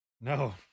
No